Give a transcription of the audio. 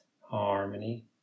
harmony